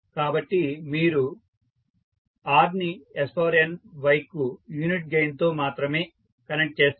కాబట్టి మీరు r ని sny కు యూనిట్ గెయిన్ తో మాత్రమే కనెక్ట్ చేస్తారు